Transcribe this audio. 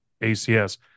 ACS